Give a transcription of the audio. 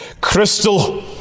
crystal